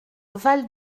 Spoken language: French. val